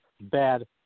bad